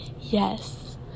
Yes